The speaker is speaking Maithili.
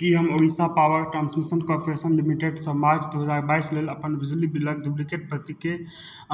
की हम Odisha power transmission corporation limited सऽ मार्च दू हजार बाइस लेल अपन बिजली बिलक डुप्लिकेट प्रतिके